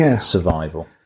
survival